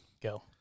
Go